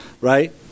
right